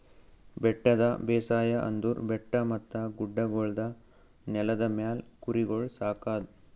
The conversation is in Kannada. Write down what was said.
ಬೆಟ್ಟದ ಬೇಸಾಯ ಅಂದುರ್ ಬೆಟ್ಟ ಮತ್ತ ಗುಡ್ಡಗೊಳ್ದ ನೆಲದ ಮ್ಯಾಲ್ ಕುರಿಗೊಳ್ ಸಾಕದ್